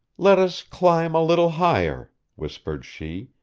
let us climb a little higher whispered she,